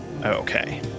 okay